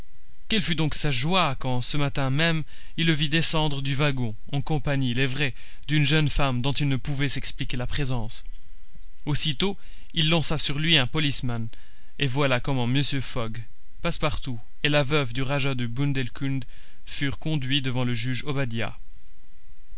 quelle fut donc sa joie quand ce matin même il le vit descendre du wagon en compagnie il est vrai d'une jeune femme dont il ne pouvait s'expliquer la présence aussitôt il lança sur lui un policeman et voilà comment mr fogg passepartout et la veuve du rajah du bundelkund furent conduits devant le juge obadiah